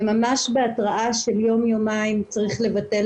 וממש בהתראה של יום-יומיים צריך לבטל